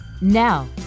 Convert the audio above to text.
Now